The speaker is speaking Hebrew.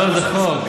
לא, זה חוק.